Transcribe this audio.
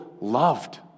loved